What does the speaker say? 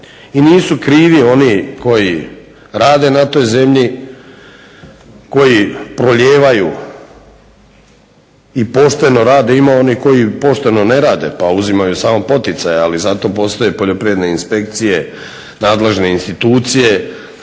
I nisu krivi oni koji rade na toj zemlji, koji prolijevaju i pošteno rade. Imaju oni koji pošteno ne rade, pa uzimaju samo poticaje. Ali za to postoje poljoprivredne inspekcije, nadležne institucije.